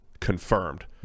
confirmed